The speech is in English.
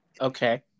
Okay